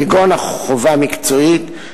כגון חובה מקצועית,